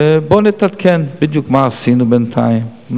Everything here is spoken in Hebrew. בואי נתעדכן בדיוק מה עשינו בינתיים.